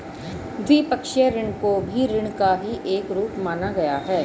द्विपक्षीय ऋण को भी ऋण का ही एक रूप माना गया है